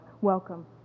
Welcome